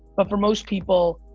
but for most people,